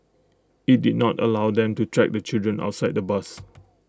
IT did not allow them to track the children outside the bus